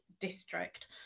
district